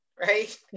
right